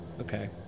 Okay